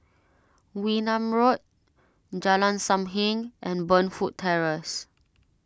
Wee Nam Road Jalan Sam Heng and Burnfoot Terrace